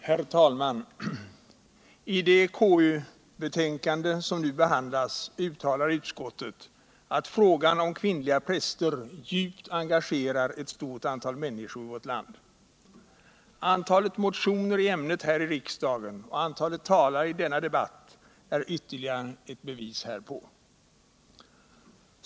Herr talman! I KU:s betänkande, som nu behandlas, uttalar utskottet att frågan om kvinnliga präster djupt engagerar ett stort antal människor i vårt land. Antalet motioner i ämnet här i riksdagen och antalet talare i denna debatt är ytterligare bevis härpå.